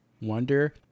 wonder